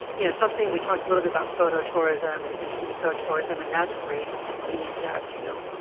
you know, something we talked a little bit about photo tourism and and ecotourism and that's great. we need that, too,